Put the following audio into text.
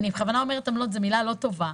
אני בכוונה אומרת "עמלות" אבל זאת מילה לא טובה.